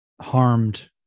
harmed